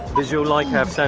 does your like